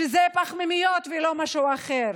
שזה פחמימות, לא משהו אחר.